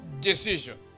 decision